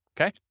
Okay